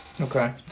Okay